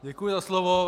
Děkuji za slovo.